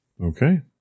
Okay